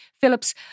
Phillips